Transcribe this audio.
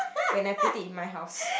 when I put it in my house